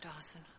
Dawson